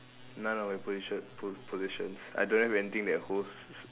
none of my position po~ possession I don't have anything that holds